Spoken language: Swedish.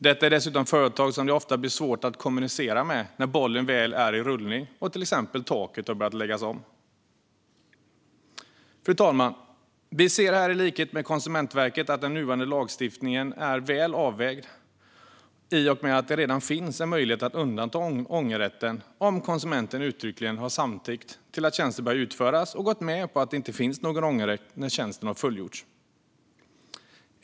Det är dessutom fråga om företag som det ofta blir svårt att kommunicera med när bollen väl är i rullning och till exempel taket har börjat läggas om. Fru talman! Vi anser, i likhet med Konsumentverket, att den nuvarande lagstiftningen är väl avvägd i och med att det redan finns en möjlighet att undanta ångerrätten om konsumenten uttryckligen har samtyckt till att tjänsten börjar utföras och gått med på att det inte finns någon ångerrätt när tjänsten har fullgjorts.